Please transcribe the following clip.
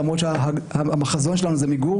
למרות שהחזון שלנו הוא מיגור